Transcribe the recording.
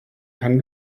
kann